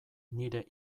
nire